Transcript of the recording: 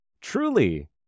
Truly